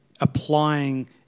applying